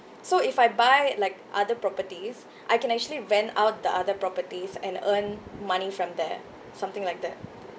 so if I buy like other properties I can actually rent out the other properties and earn money from there something like that